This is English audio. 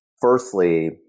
Firstly